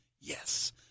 Yes